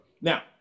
Now